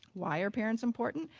why are parents important?